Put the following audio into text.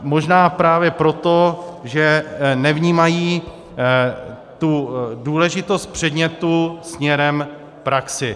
Možná právě proto, že nevnímají tu důležitost předmětu směrem k praxi.